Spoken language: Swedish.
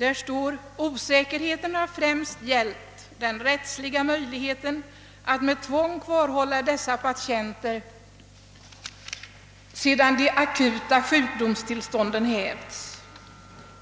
Man skriver nämligen också följande: »Osäkerheten har främst gällt den rättsliga möjligheten att med tvång kvarhålla dessa patienter sedan de akuta sjukdomstillstånden hävts.»